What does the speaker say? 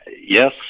Yes